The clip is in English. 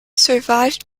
survived